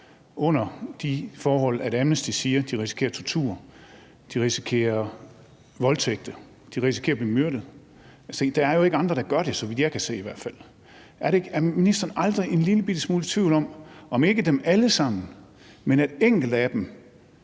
under de forhold, hvor Amnesty siger at de risikerer tortur, de risikerer voldtægt, de risikerer at blive myrdet? Der er jo ikke andre, der gør det, så vidt jeg kan se i hvert fald. Er ministeren aldrig en lillebitte smule i tvivl om, hvorvidt ikke dem alle sammen, men enkelte af dem